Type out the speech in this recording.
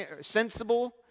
sensible